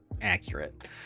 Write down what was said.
accurate